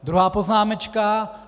Druhá poznámečka.